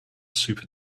super